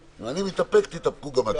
אני מתאפק, תתאפקו גם אתם.